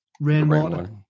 rainwater